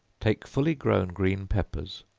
take fully grown green peppers,